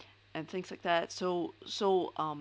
and things like that so so um